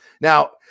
Now